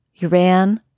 Uran